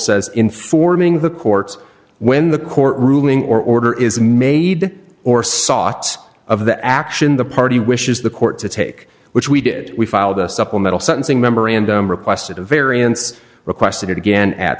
says informing the courts when the court ruling order is made or sots of the action the party wishes the court to take which we did we filed a supplemental sentencing memorandum requested a variance requested it again at